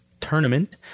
tournament